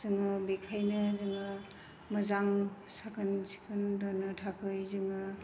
जोङो बेखायनो जोङो मोजां साखोन सिखोन दोननो थाखै जोङो